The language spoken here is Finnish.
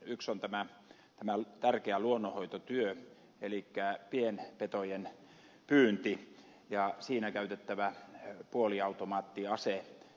yksi on tämä tärkeä luonnonhoitotyö elikkä pienpetojen pyynti ja siinä käytettävä puoliautomaattiase